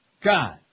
God